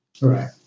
Right